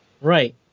Right